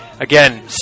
Again